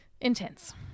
Intense